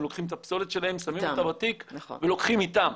הם לוקחים את הפסולת שלהם שמים אותה בתיק ולוקחים איתם.